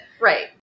right